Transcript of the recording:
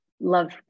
love